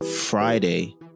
Friday